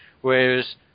Whereas